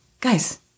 guys